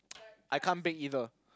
I can't bake either